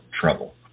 trouble